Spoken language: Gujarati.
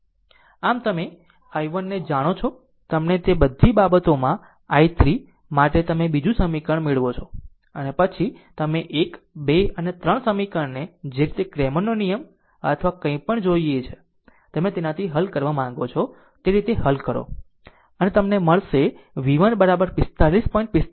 આમ તમે i1 ને જાણો છો તમને તે બધી બાબતોમાંi3 માટે તમે બીજું સમીકરણો મેળવો છો અને પછી તમે 1 2 અને 3 સમીકરણને જે રીતે ક્રેમરનો નિયમ અથવા કંઇપણ જોઈએ છે તમે તેનાથી હલ કરવા માંગો છો તે રીતે હલ કરો અને તમને મળશે v1 45